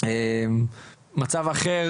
מצב אחר,